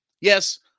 Yes